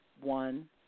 one